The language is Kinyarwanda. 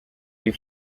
iyi